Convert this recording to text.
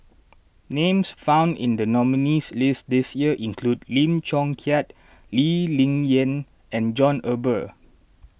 names found in the nominees' list this year include Lim Chong Keat Lee Ling Yen and John Eber